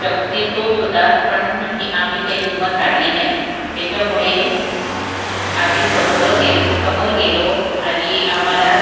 शक्ती तोच होता पण आम्ही काही हिंमत हारली नाही त्याच्यामुळे आम्ही समोरं गे समोर गेलो आणि आम्हाला